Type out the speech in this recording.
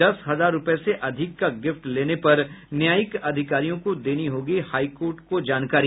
दस हजार रूपये से अधिक का गिफ्ट लेने पर न्यायिक अधिकारियों को देनी होगी हाई कोर्ट को जानकारी